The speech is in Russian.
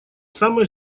самой